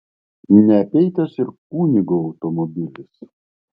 neapeitas ir kunigo automobilis